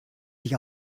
sich